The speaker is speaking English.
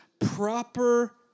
proper